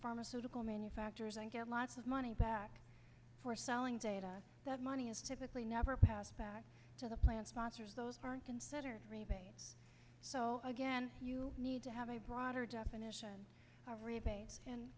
pharmaceutical manufacturers and get lots of money back for selling data that money is typically never passed back to the plant sponsors those aren't considered so again you need to have a broader definition of rebates and